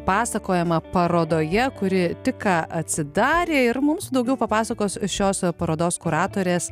pasakojama parodoje kuri tik ką atsidarė ir mums daugiau papasakos šios parodos kuratorės